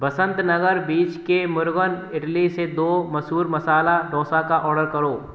बसंत Nagar beach के मुरुगन इडली से दो मैसूर मसाला डोसा का ऑर्डर करो